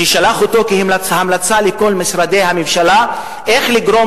שהוא שלח כהמלצה לכל משרדי הממשלה איך לגרום